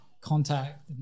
contact